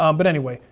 um but anyway,